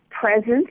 presence